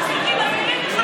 אני אשתה מים בינתיים.